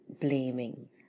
blaming